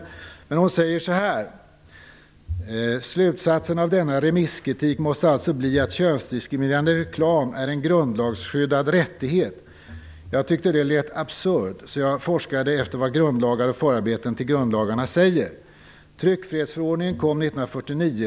Cecilia Beck-Friis säger så här: "Slutsatsen av denna remisskritik måste alltså bli att könsdiskriminerande reklam är en grundlagsskyddad rättighet. Jag tyckte att det lät absurt. Så jag forskade efter vad grundlagar och förarbeten till grundlagarna säger. Tryckfrihetsförordningen kom 1949.